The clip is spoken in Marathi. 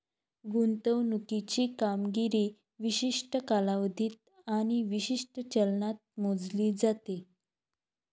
गुंतवणुकीची कामगिरी विशिष्ट कालावधीत आणि विशिष्ट चलनात मोजली जाते